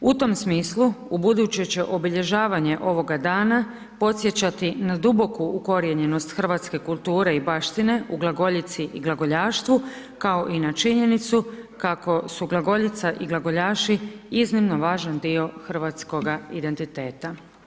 U tom smislu u buduće će obilježavanje ovoga dana podsjećati na duboku ukorijenjenost hrvatske kulture i baštine u glagoljici i glagoljaštvu kao i na činjenicu kako su glagoljica i glagoljaši iznimno važan dio hrvatskoga identiteta.